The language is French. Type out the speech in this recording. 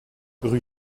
rue